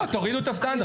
לא, תורידו את הסטנדרט,